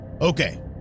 Okay